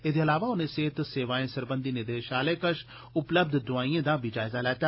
एदे इलावा उनें सेहत सेवाएं सरबंधी निदेशालय कश उपलब्ध दोआइयें दा बी जायजा लैता